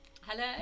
Hello